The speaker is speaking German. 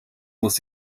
muss